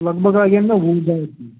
لگ بگ لگٮ۪م تَتھ وُہ گاڑِ